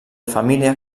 família